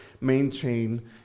maintain